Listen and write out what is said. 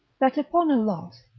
that upon a loss,